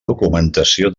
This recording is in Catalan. documentació